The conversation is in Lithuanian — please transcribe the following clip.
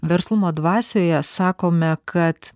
verslumo dvasioje sakome kad